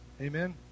Amen